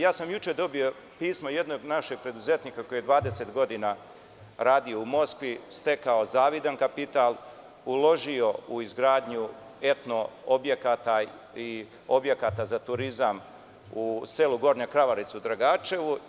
Juče sam dobio pismo jednog našeg preduzetnika koji je 20 godina radio u Moskvi, stekao zavidan kapital, uložio u izgradnju etno objekata i objekata za turizam u selu Gornja Kravarica u Dragačevu.